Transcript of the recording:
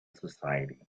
society